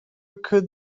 could